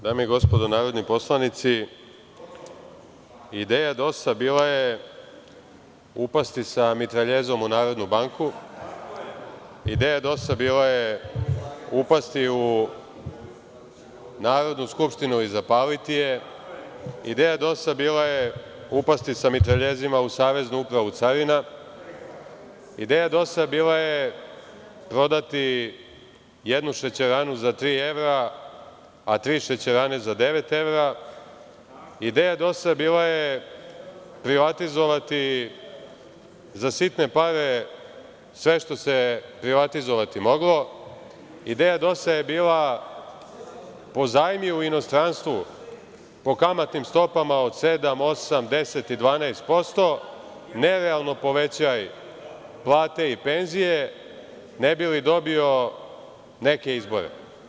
Dame i gospodo narodni poslanici, ideja DOS-a bila je upasti sa mitraljezom u Narodnu banku, ideja DOS-a bila je upasti u Narodnu skupštinu i zapaliti je, ideja DOS-a bila je upasti sa mitraljezima u Saveznu upravu carina, ideja DOS-a je prodati jednu šećeranu za tri evra, a tri šećerane za devet evra, ideja DOS-a je privatizovati za sitne pare sve što se privatizovati moglo, ideja DOS-a je bila po zajmu u inostranstvu po kamatnim stopama od 7,8, 10 i 12 posto, nerealno povećaj plate i penzije, ne bi li dobio neke izbore.